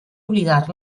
oblidar